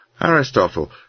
Aristotle